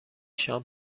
شام